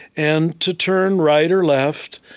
and to turn right or left,